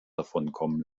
davonkommen